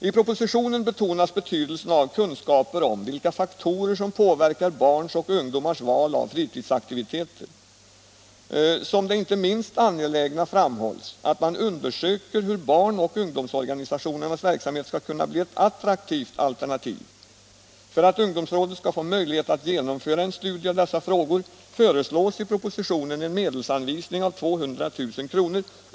I propositionen betonas betydelsen av kunskaper om vilka faktorer som påverkar barns och ungdomars val av fritidsaktiviteter. Som det inte minst angelägna framhålls att man undersöker hur barn och ungdomsorganisationernas verksamhet skall kunna bli ett attraktivt alternativ. För att ungdomsrådet skall få möjlighet att genomföra en studie av dessa frågor föreslås i propositionen en medelsanvisning av 200 000 kr.